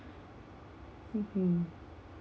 mmhmm